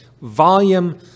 volume